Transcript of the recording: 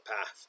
path